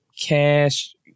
cash